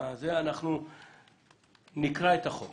אנחנו נקרא את החוק